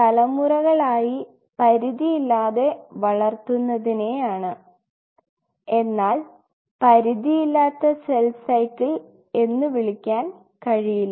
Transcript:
തലമുറകളായി പരിധിയില്ലാതെ വളർത്തുന്നതിനെയാണ് എന്നാൽ പരിധിയില്ലാത്ത സെൽ സൈക്കിൾ എന്നു വിളിക്കാൻ കഴിയില്ല